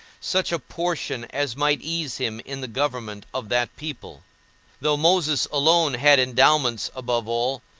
such a portion as might ease him in the government of that people though moses alone had endowments above all,